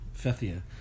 Fethia